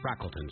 Frackleton